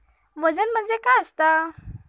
वजन म्हणजे काय असता?